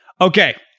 Okay